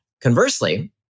conversely